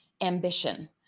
ambition